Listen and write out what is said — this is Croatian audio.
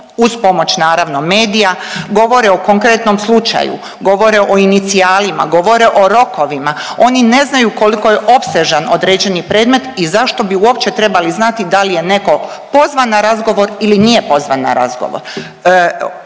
uz pomoć naravno medija govore o konkretnom slučaju, govore o inicijalima, govore o rokovima, oni ne znaju koliko je opsežan određeni predmet i zašto bi uopće trebali znati da li je neko pozvan na razgovor ili nije pozvan na razgovor.